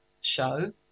show